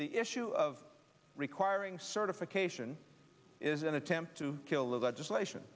the issue of requiring certification is an attempt to kill legislation